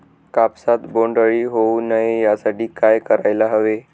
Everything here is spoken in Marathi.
कापसात बोंडअळी होऊ नये यासाठी काय करायला हवे?